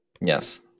yes